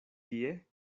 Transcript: tie